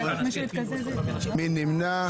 4. מי נמנע?